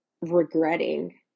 regretting